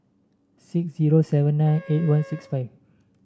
six zero seven nine eight one six five